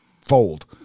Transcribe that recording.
fold